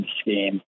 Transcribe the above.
scheme